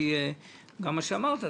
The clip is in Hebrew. גם מה שאמרת,